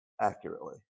accurately